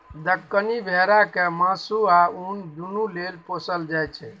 दक्कनी भेरा केँ मासु आ उन दुनु लेल पोसल जाइ छै